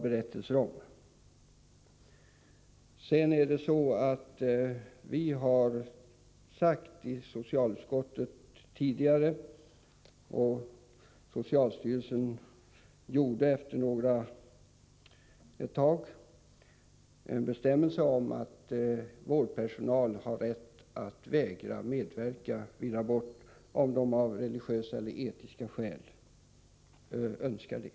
I socialutskottet har vi tidigare uttalat oss i fråga om detta, och socialstyrelsen utfärdade efter ett tag en bestämmelse om att vårdpersonal har rätt att vägra medverka vid abort, om de av religiösa eller etiska skäl önskar det.